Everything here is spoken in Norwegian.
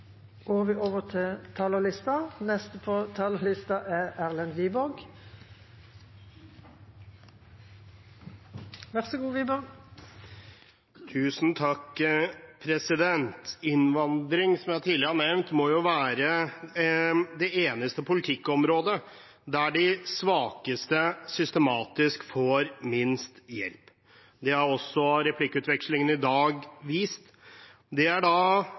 er over. Som jeg tidligere har nevnt, må jo innvandring være det eneste politikkområdet der de svakeste systematisk får minst hjelp. Det har også replikkvekslingene i dag vist. Det er